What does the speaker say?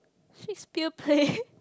Shakespeare play